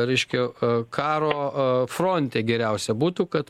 reiškia e karo e fronte geriausia būtų kad